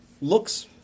looks